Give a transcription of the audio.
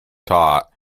taught